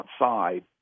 outside